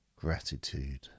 Gratitude